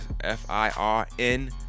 F-I-R-N